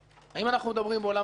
האם אנחנו מבדרים בעולם תיאורטי,